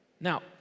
Now